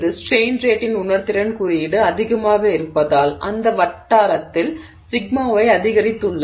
strain ரேட்டின் உணர்திறன் குறியீடு அதிகமாக இருப்பதால் அந்த வட்டாரத்தில் σy அதிகரித்துள்ளது